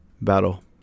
Battle